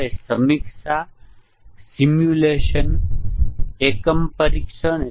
આપણે ખરેખર system level test case ચલાવી શકતા નથી